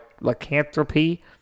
lycanthropy